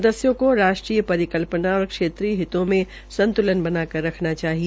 सदस्यों को राष्ट्रीय परिकल्पना और क्षेत्रीय हितों में संतुलन बनाकर रखना चाहिए